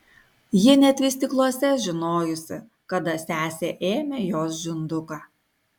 ji net vystykluose žinojusi kada sesė ėmė jos žinduką